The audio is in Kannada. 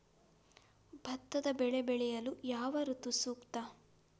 ಭತ್ತದ ಬೆಳೆ ಬೆಳೆಯಲು ಯಾವ ಋತು ಸೂಕ್ತ?